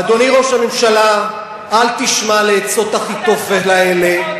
אדוני ראש הממשלה, אל תשמע לעצות אחיתופל האלה.